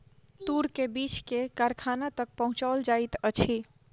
तूर के बीछ के कारखाना तक पहुचौल जाइत अछि